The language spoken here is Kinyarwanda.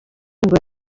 ngo